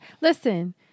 Listen